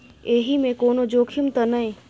एहि मे कोनो जोखिम त नय?